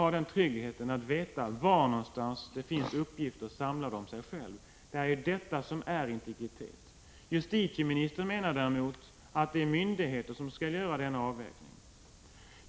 Integritet är tryggheten att veta var någonstans det finns uppgifter samlade om en själv. Justitieministern menar däremot att det är myndigheter som skall göra denna avvägning.